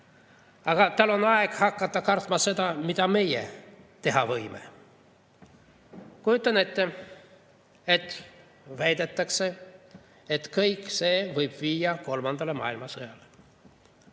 Aga tal on aeg hakata kartma seda, mida meie teha võime."Kujutan ette, et väidetakse, et kõik see võib viia kolmanda maailmasõjani.